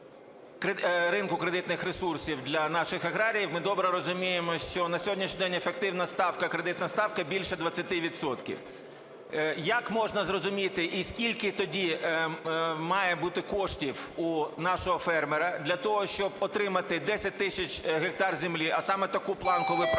ринку кредитних ресурсів для наших аграріїв, ми добре розуміємо, що на сьогоднішній день ефективна ставка, кредитна ставка більше 20 відсотків. Як можна зрозуміти і скільки тоді має бути коштів у нашого фермера для того, щоб отримати 10 тисяч гектарів землі, а саме таку планку ви пропонуєте